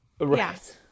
Yes